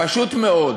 פשוט מאוד